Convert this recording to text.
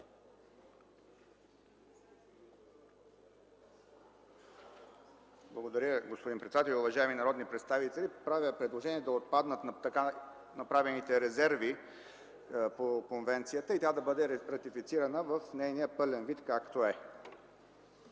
Благодаря Ви, господин председател. Уважаеми народни представители, правя предложение да отпаднат така направените резерви по конвенцията и тя да бъде ратифицирана в нейния пълен вид.